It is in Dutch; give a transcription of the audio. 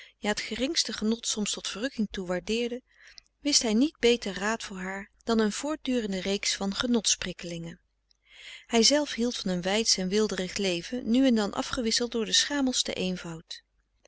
ja het geringste genot soms tot verrukking toe waardeerde wist hij niet beter raad voor haar dan een frederik van eeden van de koele meren des doods voortdurende reeks van genots prikkelingen hijzelf hield van een weidsch en weelderig leven nu en dan afgewisseld door den schamelsten eenvoud